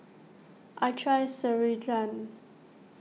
I trust Ceradan